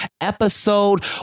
episode